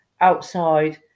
outside